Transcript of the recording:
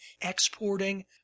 exporting